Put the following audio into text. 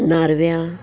नारव्यां